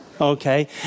Okay